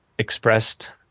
expressed